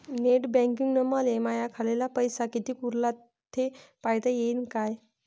Net बँकिंगनं मले माह्या खाल्ल पैसा कितीक उरला थे पायता यीन काय?